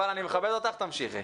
אבל אני מכבד אותך תמשיכי.